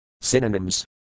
Synonyms